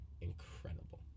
incredible